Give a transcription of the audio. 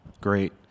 Great